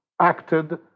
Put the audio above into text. acted